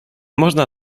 można